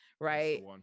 right